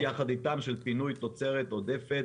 גם פעולות יחד איתם של פינוי תוצרת עודפת,